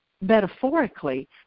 metaphorically